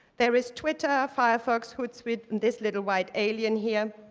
there is twitter, firefox, hootsuite, and this little white alien here